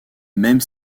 même